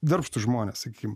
darbštūs žmonės sakykim